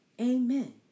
Amen